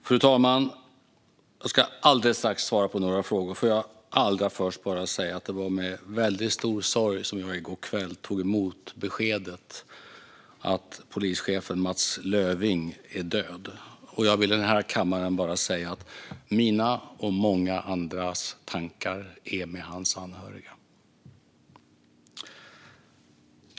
Fru talman! Jag ska alldeles strax svara på detta. Får jag bara allra först säga att det var med väldigt stor sorg som jag i går kväll tog emot beskedet att polischefen Mats Löfving är död. Jag vill i den här kammaren säga att mina och många andras tankar är med hans anhöriga.